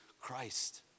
Christ